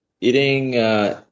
eating